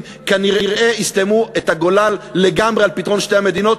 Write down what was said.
כנראה יסתום את הגולל לגמרי על פתרון שתי המדינות,